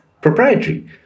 proprietary